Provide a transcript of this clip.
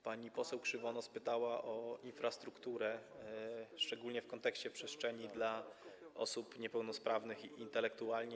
Pani poseł Krzywonos pytała o infrastrukturę, szczególnie w kontekście przestrzeni dla osób niepełnosprawnych intelektualnie.